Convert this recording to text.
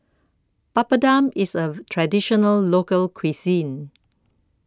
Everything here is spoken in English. Papadum IS A Traditional Local Cuisine